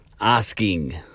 asking